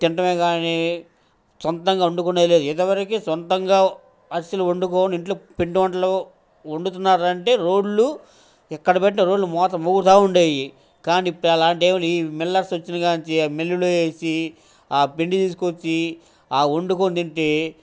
తినటమే గాని సొంతంగా వండుకునేదే లేదు ఇంతవరకు సొంతంగా అస్సలు వండుకోని ఇంట్లో పిండి వంటలు వండుతున్నారంటే రోళ్ళు ఎక్కడ పెట్టటి రోళ్ళు మోత మోగుతూ ఉండేవి కానీ ఇప్పుడు అలాంటివి లేవు ఈ మిల్లర్స్ వచ్చిన కాడి నుంచి ఆ మిల్లుల్లో వేసి ఆ పిండి తీసుకొచ్చి ఆ వండుకొని తింటే